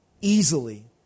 easily